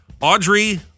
Audrey